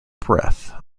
breath